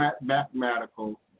mathematical